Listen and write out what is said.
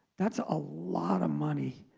that's a lot of money.